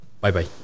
Bye-bye